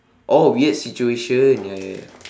oh weird situation ya ya ya